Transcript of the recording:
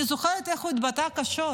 אני זוכרת איך הוא התבטא קשות.